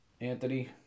Anthony